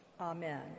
Amen